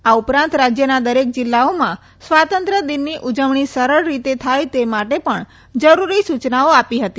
આ ઉપરાંત રાજયના દરેક જીલ્લાઓમાં સ્વાતંત્ર દિનની ઉજવણી સરળ રીતે થાય તે માટે પણ જરૂરી સુચનાઓ આપી હતી